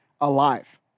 alive